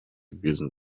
gewesen